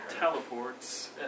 teleports